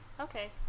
okay